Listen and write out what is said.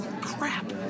Crap